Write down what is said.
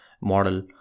model